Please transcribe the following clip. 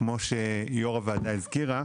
כמו שיו"ר הוועדה הזכירה,